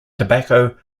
tobacco